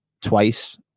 twice